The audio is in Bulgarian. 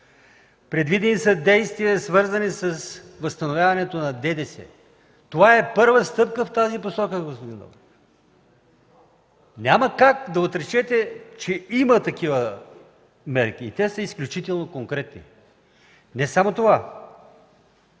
предвидени са действия, свързани с възстановяването на ДДС. Това е първа стъпка в тази посока, господин Добрев. Няма как да отречете, че има такива мерки и те са изключително конкретни. Не само това.